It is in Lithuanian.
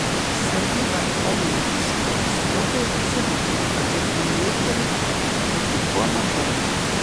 sargybą einantys protestuotojai pasirūpina kad žioplinėtojų būtų kuo mažiau